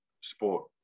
sport